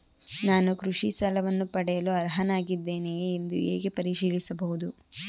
ನಾನು ಕೃಷಿ ಸಾಲವನ್ನು ಪಡೆಯಲು ಅರ್ಹನಾಗಿದ್ದೇನೆಯೇ ಎಂದು ಹೇಗೆ ಪರಿಶೀಲಿಸಬಹುದು?